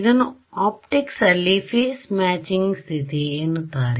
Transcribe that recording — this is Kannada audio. ಇದನ್ನು ಒಪ್ಟಿಕ್ಸ್ ಅಲ್ಲಿ ಫೇಸ್ ಮ್ಯಾಚಿಂಗ್ ಸ್ಥಿತಿ ಎನ್ನುತ್ತಾರೆ